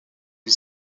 lui